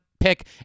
pick